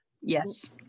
yes